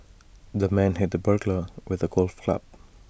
the man hit the burglar with A golf club